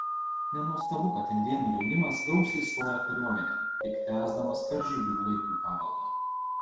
nenuostabu kad indėnų jaunimas gausiai stoja kariuomenėn lyg tęsdamas karžygių laikų paveldą